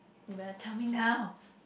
you better tell me now